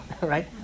right